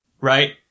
Right